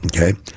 okay